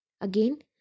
again